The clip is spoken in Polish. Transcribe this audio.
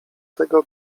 tego